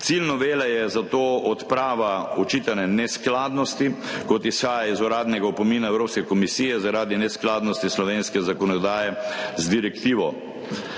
Cilj novele je zato odprava očitane neskladnosti, kot izhaja iz uradnega opomina Evropske komisije, zaradi neskladnosti slovenske zakonodaje z direktivo.